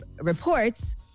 reports